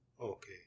Okay